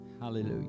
Hallelujah